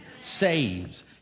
saves